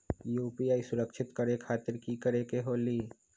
UPI सुरक्षित करे खातिर कि करे के होलि?